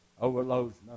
overloads